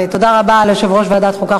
תודה רבה ליו"ר ועדת החוקה,